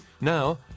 Now